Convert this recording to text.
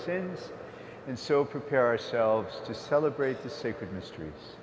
sins and so prepare ourselves to celebrate the sacred mysteries